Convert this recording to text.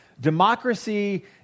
democracy